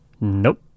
Nope